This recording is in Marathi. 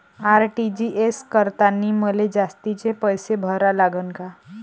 आर.टी.जी.एस करतांनी मले जास्तीचे पैसे भरा लागन का?